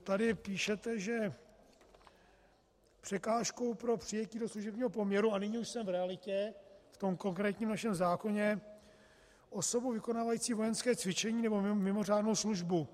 Tady píšete, že překážkou pro přijetí do služebního poměru a nyní už jsem v realitě, v tom konkrétním našem zákoně osobou vykonávající vojenské cvičení nebo mimořádnou službu.